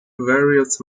various